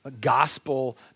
gospel